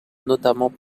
notamment